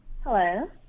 hello